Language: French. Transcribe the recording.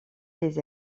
les